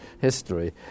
history